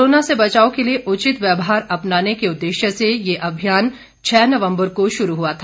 corona से बचाव के लिए उचित व्यवहार अपनाने के उद्देश्य ये अभियान छः नवम्बर को शुरू हुआ था